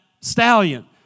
stallion